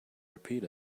repeat